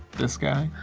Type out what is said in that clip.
this guy